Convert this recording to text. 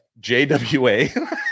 JWA